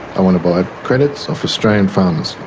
i want to buy credits off australian farmers,